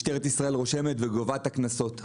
משטרת ישראל רושמת וגובה את הקנסות.